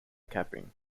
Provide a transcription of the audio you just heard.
capping